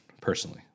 personally